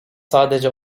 sadece